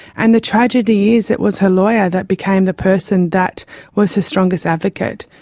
and the tragedy is it was her lawyer that became the person that was her strongest advocate.